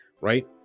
Right